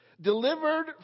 delivered